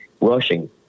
rushing